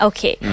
Okay